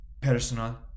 Personal